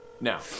Now